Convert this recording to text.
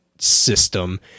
System